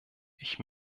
ich